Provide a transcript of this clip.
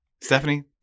Stephanie